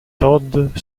todd